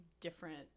different